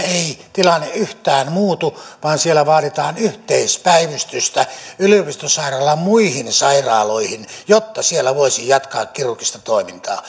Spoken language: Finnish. tilanne yhtään muutu vaan siellä vaaditaan yhteispäivystystä yliopistosairaalan muihin sairaaloihin jotta siellä voisi jatkaa kirurgista toimintaa